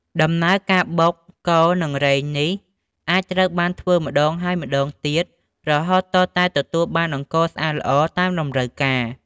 ដំណើរការបុក កូរ និងរែងនេះ អាចត្រូវបានធ្វើម្តងហើយម្តងទៀត រហូតទាល់តែទទួលបានអង្ករស្អាតល្អតាមតម្រូវការ។